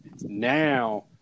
Now